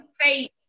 say